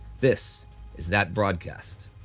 this is that broadcast,